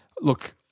Look